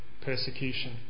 persecution